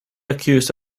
accused